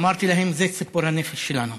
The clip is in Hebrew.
ואמרתי להם: זה ציפור הנפש שלנו.